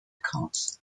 cards